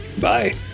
bye